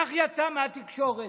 כך יצא מהתקשורת.